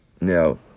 Now